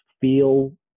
feel